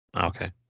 Okay